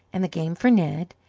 and the game for ned,